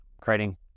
creating